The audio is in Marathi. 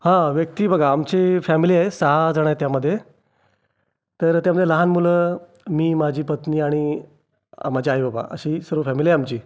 हा व्यक्ती बघा आमची फॅमिली आहे सहा जणं आहेत त्यामध्ये तर त्यामध्ये लहान मुलं मी माझी पत्नी आणि माझे आई बाबा अशी सर्व फॅमिली आहे आमची